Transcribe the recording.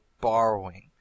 borrowing